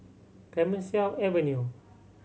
Clemenceau Avenue